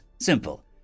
Simple